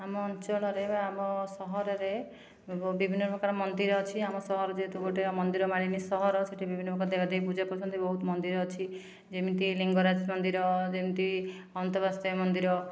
ଆମ ଅଞ୍ଚଳରେ ବା ଆମ ସହରରେ ବିଭିନ୍ନ ପ୍ରକାର ମନ୍ଦିର ଅଛି ଆମ ସହର ଯେହେତୁ ଗୋଟିଏ ମନ୍ଦିର ମାଳିନୀ ସହର ସେଠି ବିଭିନ୍ନ ପ୍ରକାର ଦେବା ଦେବୀ ପୂଜା ପାଇଥାନ୍ତି ବହୁତ ମନ୍ଦିର ଅଛି ଯେମିତି ଲିଙ୍ଗରାଜ ମନ୍ଦିର ଯେମିତି ଅନନ୍ତ ବାସୁଦେବ ମନ୍ଦିର